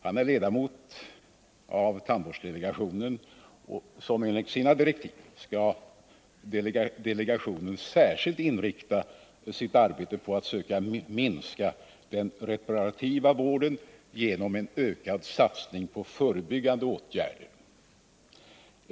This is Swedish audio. Han är ledamot av tandvårdsdelegationen, som enligt direktiven särskilt skall inrikta sitt arbete på att söka minska den reparativa vården genom en ökad satsning på förebyggande åtgärder.